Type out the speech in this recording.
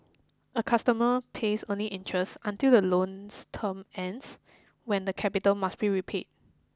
a customer pays only interest until the loan's term ends when the capital must be repaid